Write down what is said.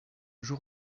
jour